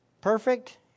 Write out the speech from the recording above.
Perfect